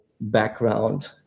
background